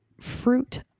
fruit